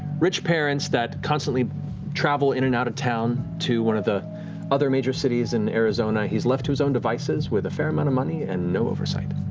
rich parents that constantly travel in and out of town to one of the other major cities in arizona. he's left to his own devices with a fair amount of money and no oversight.